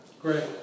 Great